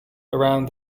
around